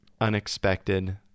unexpected